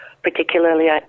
Particularly